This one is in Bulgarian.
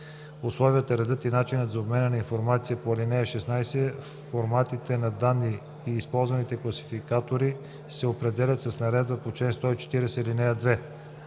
Условията, редът и начините за обмен на информация по ал. 16, форматите на данните и използваните класификатори се определят с наредбата по чл.